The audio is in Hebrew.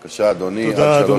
בבקשה, אדוני, עד שלוש דקות.